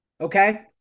okay